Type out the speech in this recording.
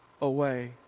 away